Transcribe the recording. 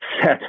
set